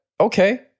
okay